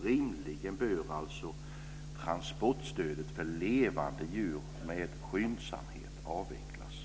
Rimligen bör alltså transportstödet för levande djur med skyndsamhet avvecklas.